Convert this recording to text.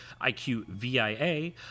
IQVIA